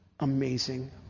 Amazing